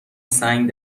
سنگ